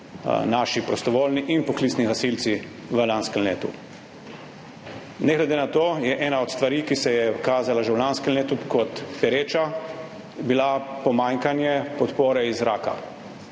naši prostovoljni in poklicni gasilci v lanskem letu. Ne glede na to je bila ena od stvari, ki se je že v lanskem letu kazala kot pereča, pomanjkanje podpore iz zraka.